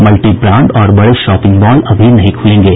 multi brand और बड़े shopping mall अभी नहीं खुलेंगे